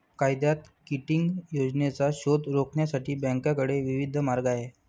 कायद्यात किटिंग योजनांचा शोध रोखण्यासाठी बँकांकडे विविध मार्ग आहेत